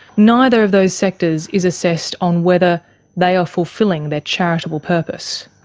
neither of those sectors is assessed on whether they are fulfilling their charitable purpose.